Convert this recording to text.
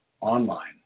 online